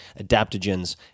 adaptogens